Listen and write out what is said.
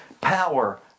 power